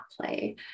play